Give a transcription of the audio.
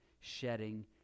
shedding